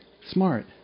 smart